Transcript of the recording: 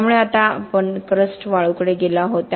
त्यामुळे आता आपण क्रस्ट वाळूकडे गेलो आहोत